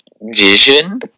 vision